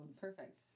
Perfect